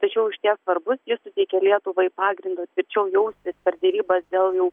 tačiau išties svarbus jis suteikia lietuvai pagrindo tvirčiau jaustis per derybas dėl jau